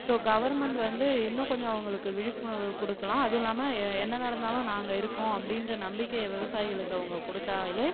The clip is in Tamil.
ஸோ கவர்மண்ட் வந்து இன்னும் கொஞ்சம் அவங்களுக்கு விழிப்புணர்வு கொடுக்கலாம் அதுவும் இல்லாமல் என்ன நடந்தாலும் நாங்கள் இருக்கோம் அப்படின்ற நம்பிக்கையை விவசாயிகளுக்கு அவங்க கொடுத்தாலே